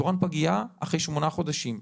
תורן פגייה אחרי שמונה חודשים.